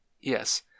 Yes